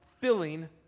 filling